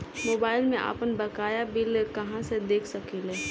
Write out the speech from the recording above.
Mobile में आपनबकाया bill कहाँसे देख सकिले?